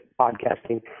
podcasting